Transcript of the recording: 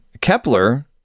Kepler